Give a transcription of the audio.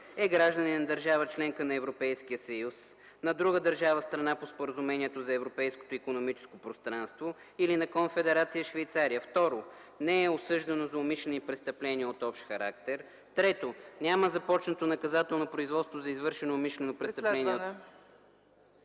е гражданин на държава – членка на Европейския съюз, на друга държава – страна по Споразумението за Европейското икономическо пространство, или на Конфедерация Швейцария; 2. не е осъждано за умишлени престъпления от общ характер; 3. няма започнато наказателно преследване за извършено умишлено престъпление